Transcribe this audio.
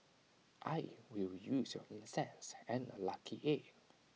I will use your incense and A lucky egg